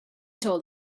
told